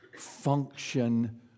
function